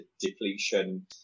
depletion